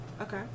Okay